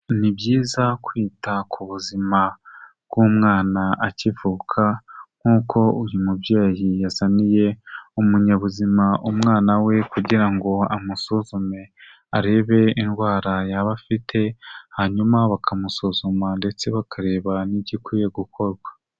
Ni byiza kwita ku buzima bw'umwana akivuka nk'uko uyu mubyeyi yaziniye umunyabuzima umwana we kugira ngo amusuzume arebe indwara yaba afite, hanyuma bakamusuzuma ndetse bakareba n'igikwiye gukorwa.